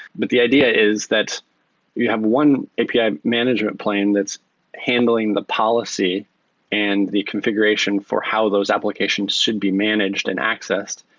but the idea is that you have one api ah management plane that's handling the policy and the configuration for how those applications should be managed and accessed,